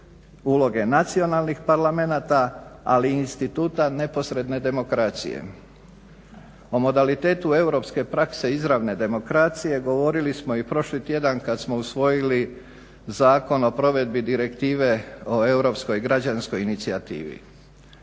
uloge nacionalnih parlamenata, ali i instituta neposredne demokracije. O modalitetu europske prakse izravne demokracije govorili smo i prošli tjedan kad smo usvojili Zakon o provedbi Direktive o europskoj građanskoj inicijativi.